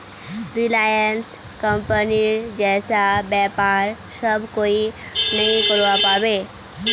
Reliance कंपनीर जैसा व्यापार सब कोई नइ करवा पाबे